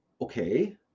Okay